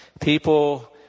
People